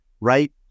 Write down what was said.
right